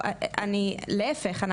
להפך,